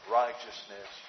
righteousness